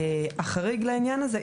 החריג לעניין הזה,